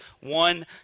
one